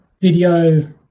video